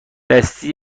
دستی